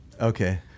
okay